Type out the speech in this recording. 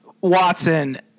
Watson